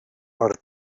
per